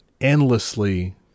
endlessly